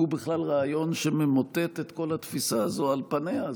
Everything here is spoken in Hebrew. הוא בכלל רעיון שממוטט את כל התפיסה הזאת על פניה.